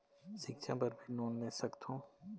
सिक्छा बर भी लोन ले सकथों?